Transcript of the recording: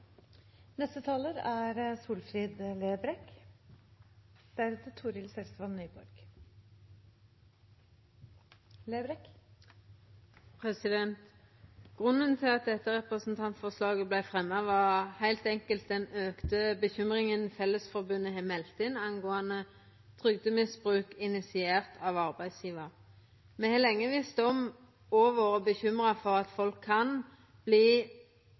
Grunnen til at dette representantforslaget vart fremja, var heilt enkelt den auka uroa som Fellesforbundet har meldt inn når det gjeld trygdemisbruk initiert av arbeidsgjevar. Me har lenge visst om og vore bekymra for at folk kan